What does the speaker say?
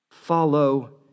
Follow